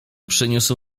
przyniósł